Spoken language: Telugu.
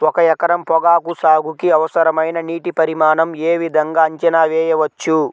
ఒక ఎకరం పొగాకు సాగుకి అవసరమైన నీటి పరిమాణం యే విధంగా అంచనా వేయవచ్చు?